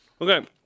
Okay